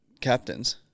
captains